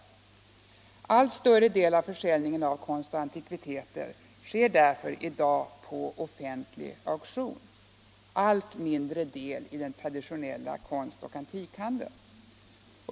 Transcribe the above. En allt större del av försäljningen av konst och antikviteter sker därför i dag på offentlig auktion, en allt mindre del genom den traditionella konstoch antikhandeln.